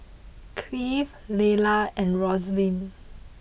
Clive Lelah and Rosaline